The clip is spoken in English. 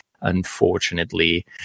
unfortunately